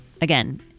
Again